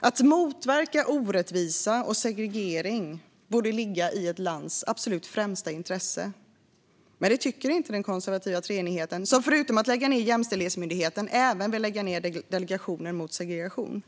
Att motverka orättvisa och segregering borde ligga i ett lands främsta intresse. Men det tycker inte den konservativa treenigheten, som förutom att lägga ned Jämställdhetsmyndigheten även vill lägga ned Delegationen mot segregation.